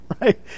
right